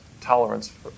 tolerance